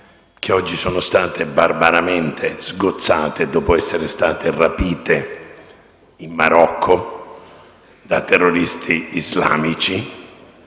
ragazze scandinave barbaramente sgozzate, dopo essere state rapite in Marocco da terroristi islamici,